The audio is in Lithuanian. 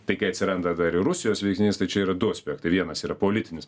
tai kai atsiranda dar ir rusijos veiksnys tai čia yra du aspektai vienas yra politinis